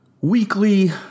Weekly